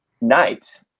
night